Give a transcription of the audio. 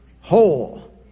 Whole